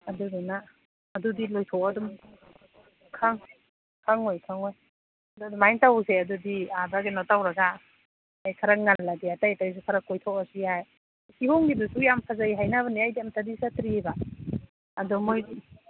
ꯑꯗꯨꯗꯨꯅ ꯑꯗꯨꯗꯤ ꯂꯣꯏꯊꯣꯛꯑ ꯑꯗꯨꯝ ꯈꯪꯉꯣꯏ ꯈꯪꯉꯣꯏ ꯑꯗꯨ ꯑꯗꯨꯃꯥꯏꯅ ꯇꯧꯁꯦ ꯑꯗꯨꯗꯤ ꯑꯥꯗ ꯀꯩꯅꯣ ꯇꯧꯔꯒ ꯑꯗꯒꯤ ꯈꯔ ꯉꯜꯂꯗꯤ ꯑꯇꯩ ꯑꯇꯩꯁꯨ ꯈꯔ ꯀꯣꯏꯊꯣꯛꯑꯁꯨ ꯌꯥꯏ ꯀꯤꯍꯣꯝꯒꯤꯗꯨꯁꯨ ꯌꯥꯝ ꯐꯖꯩ ꯍꯥꯏꯅꯕꯅꯦ ꯑꯩꯗꯤ ꯑꯝꯇꯗꯤ ꯆꯠꯇ꯭ꯔꯤꯕ ꯑꯗꯣ ꯃꯣꯏ